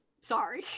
Sorry